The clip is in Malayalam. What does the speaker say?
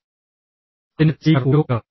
അതിനാൽ സ്പീക്കർ ഉപയോഗിക്കുക